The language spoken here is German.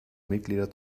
mitglieder